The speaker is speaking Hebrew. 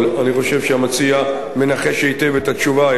אבל אני חושב שהמציע מנחש היטב את התשובה,